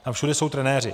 Tam všude jsou trenéři.